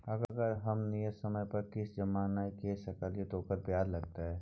अगर हम नियत समय पर किस्त जमा नय के सकलिए त ओकर ब्याजो लगतै?